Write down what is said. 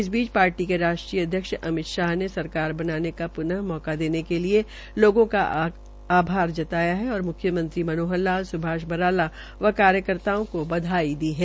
इस बीच पार्टी के राष्ट्रीय अध्यक्ष अमित शाह ने सरकार बनाने का प्न मौका देने के लिए लोगों का आभार जताया है और म्ख्यमंत्री मनोहर लाल सुभाष बराला व कार्यकर्ताओं को बधाई दी है